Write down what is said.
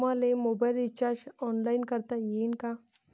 मले mobile recharge online करता येईन का?